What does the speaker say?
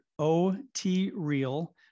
OTREAL